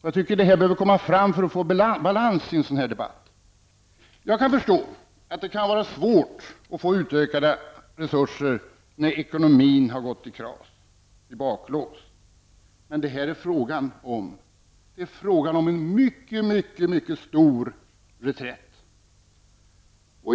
Jag tycker att detta behöver komma fram för att vi skall få balans i en sådan här debatt. Jag kan förstå att det kan vara svårt att få utökade resurser när ekonomin har gått i baklås. Men här är det fråga om en mycket stor reträtt.